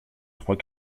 trois